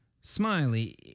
Smiley